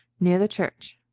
neere the church.